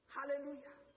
Hallelujah